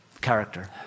character